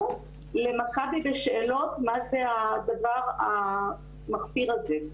למכבי בשאלות "מה זה הדבר המחפיר הזה?".